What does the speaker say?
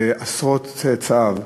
לעשרות צאצאיו,